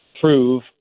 prove